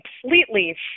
completely